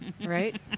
Right